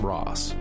Ross